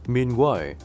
Meanwhile